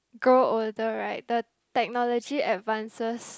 grow older right the technology advances